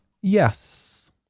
Yes